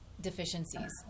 deficiencies